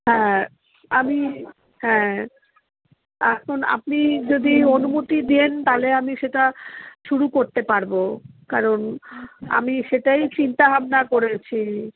হ্যাঁ আমি হ্যাঁ এখন আপনি যদি অনুমতি দেন তাহলে আমি সেটা শুরু করতে পারব কারণ আমি সেটাই চিন্তা ভাবনা করেছি